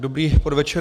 Dobrý podvečer.